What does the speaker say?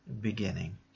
beginning